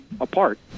apart